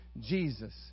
Jesus